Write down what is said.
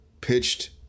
pitched